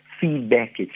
feedback